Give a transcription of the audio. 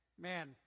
man